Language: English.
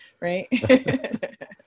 right